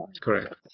Correct